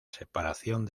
separación